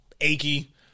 achy